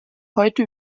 heute